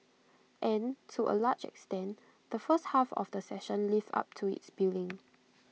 and to A large extent the first half of the session lived up to its billing